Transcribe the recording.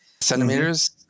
centimeters